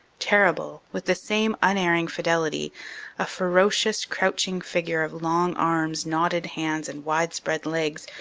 terrible, with the same unerring fidelity a ferocious, crouching figure of long arms, knotted hands and widespread legs,